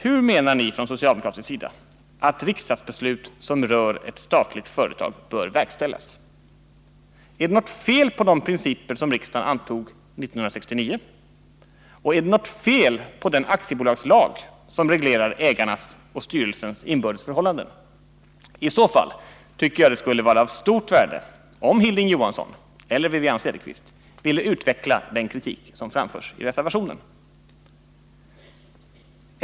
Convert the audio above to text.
Hur menar ni från socialdemokratisk sida att ett riksdagsbeslut som rör ett statligt företag bör verkställas? Är det något fel på de principer som riksdagen antog 1969 eller på den aktiebolagslag som reglerar ägarnas och styrelsens inbördes förhållanden? I så fall tycker jag det skulle vara av stort värde om Hilding Johansson eller Wivi-Anne Cederqvist ville utveckla den kritik som framförs i reservationen.